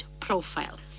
profile